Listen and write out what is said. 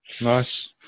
Nice